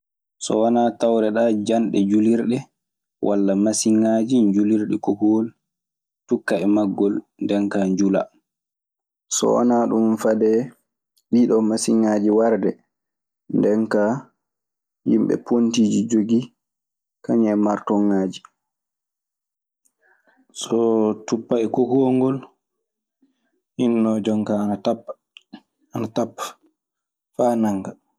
So wanaa tawreɗaa janɗe julirɗe walla masiŋaaji njulirɗi kokowol, cukkaa e maggol, ndeen kaa njulaa. So wanaa ɗun fade ɗiiɗoo masiŋaaji ɗii warde. Nden kaa yimɓe pontiiji jogii kañun e martoŋaaji. Soo tuppa e kokowol ngol, hinnoo jonkaa ana tappa ana tappa faa nannga.